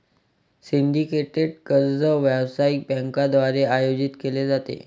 syndicated कर्ज व्यावसायिक बँकांद्वारे आयोजित केले जाते